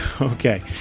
okay